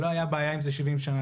לא הייתה בעיה עם זה 70 שנה,